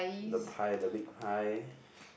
the pie the big pie